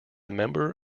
member